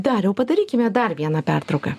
dariau padarykime dar vieną pertrauką